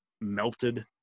melted